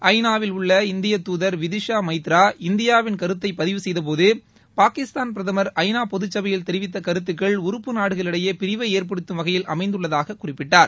ஐ நாவில் உள்ள இந்திய தூதர் விதிஷா மைத்ரா இந்தியாவின் கருத்தை பதிவு செய்த போது பாகிஸ்தான் பிரதமா் ஐ நா பொதுசபையில் தெரிவித்த கருத்துகள் உறுப்பு நாடுகளுக்கிடையே பிரிவை ஏற்படுத்தும் வகையில் அமைந்துள்ளதாக குறிப்பிட்டார்